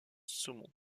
saumons